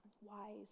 wise